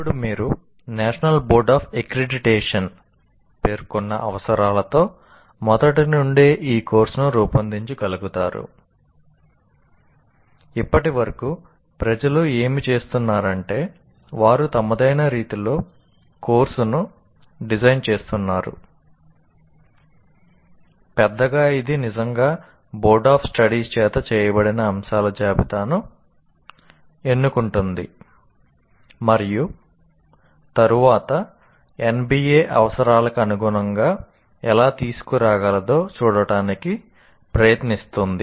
ఇప్పుడు మీరు national board of accreditation చేత చేయబడిన అంశాల జాబితాను ఎన్నుకుంటుంది మరియు తరువాత NBA అవసరాలకు అనుగుణంగా ఎలా తీసుకురాగలదో చూడటానికి ప్రయత్నిస్తుంది